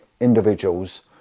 individuals